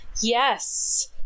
yes